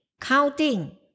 counting